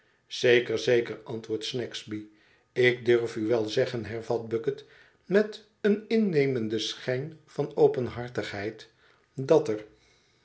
zeker zeker antwoordt snagsby ik durf u wel zeggen hervat bucket met een innemenden schijn van openhartigheid dat er